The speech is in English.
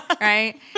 right